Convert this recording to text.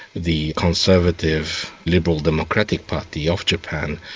the conservative liberal democratic party of japan,